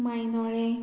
मायनोळें